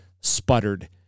sputtered